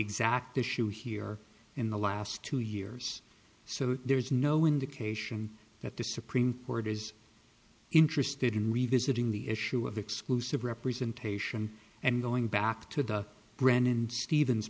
issue here in the last two years so there is no indication that the supreme court is interested in revisiting the issue of exclusive representation and going back to the brennan stevens